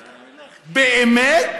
באמת?